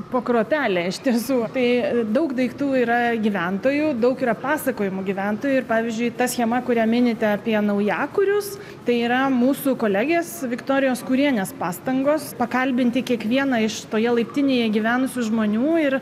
po kruopelę iš tiesų tai daug daiktų yra gyventojų daug yra pasakojimų gyventojų ir pavyzdžiui ta schema kurią minite apie naujakurius tai yra mūsų kolegės viktorijos kurienės pastangos pakalbinti kiekvieną iš toje laiptinėje gyvenusių žmonių ir